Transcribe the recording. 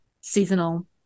seasonal